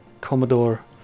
Commodore